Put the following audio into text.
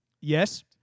Yes